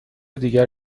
دیگر